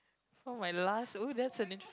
oh my last oh that's an interesting